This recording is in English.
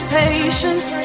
patience